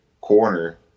corner